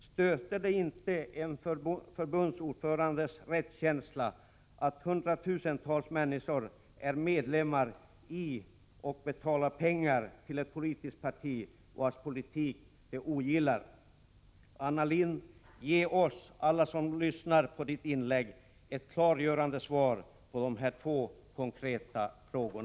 Stöter det inte en förbundsordförandes rättskänsla att hundratusentals människor är medlemmar i och betalar pengar till ett politiskt parti vars politik de ogillar? Anna Lindh, ge oss alla som lyssnar på ditt inlägg ett klargörande svar på dessa två konkreta frågor.